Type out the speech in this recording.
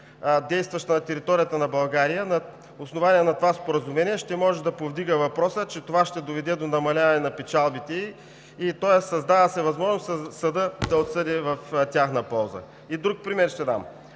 действаща на територията на България на основание на това споразумение, ще може да повдига въпроса, че това ще доведе до намаляване на печалбите. Тоест създава се възможност съдът да отсъди в тяхна полза. И друг пример ще дам.